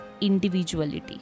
individuality